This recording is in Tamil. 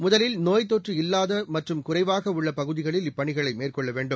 முதலில் நோய்த்தொற்று இல்லாத மற்றும் குறைவாக உள்ள பகுதிகளில் இப்பணிகளை மேற்கொள்ள வேண்டும்